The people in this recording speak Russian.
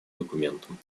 документом